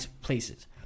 places